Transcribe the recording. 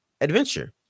adventure